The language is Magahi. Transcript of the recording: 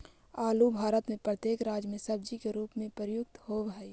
आलू भारत में प्रत्येक राज्य में सब्जी के रूप में प्रयुक्त होवअ हई